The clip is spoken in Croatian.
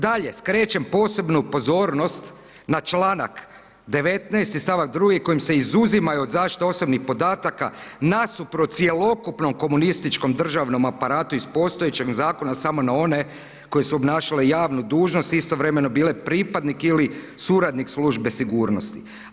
Dalje skrećem posebnu pozornost na članak 19. stavak 2. kojim se izuzimaju od zaštite osobnih podataka nasuprot cjelokupnom komunističkom državnom aparatu iz postojećeg zakona samo na one koje su obnašale javnu dužnost i istovremeno bile pripadnik ili suradnik službe sigurnosti.